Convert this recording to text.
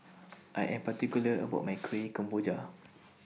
I Am particular about My Kueh Kemboja